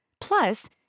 Plus